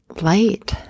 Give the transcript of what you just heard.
light